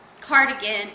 cardigan